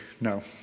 No